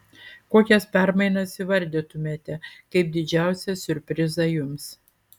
kokias permainas įvardytumėte kaip didžiausią siurprizą jums